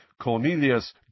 Cornelius